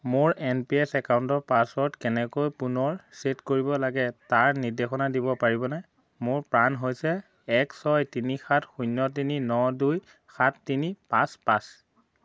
মোৰ N P S একাউণ্টৰ password কেনেকৈ পুনৰ ছেট কৰিব লাগে তাৰ নিৰ্দেশনা দিব পাৰিবনে মোৰ পান হৈছে এক ছয় তিনি সাত শূন্য তিনি ন দুই সাত তিনি পাঁচ পাঁচ